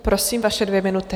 Prosím, vaše dvě minuty.